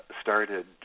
started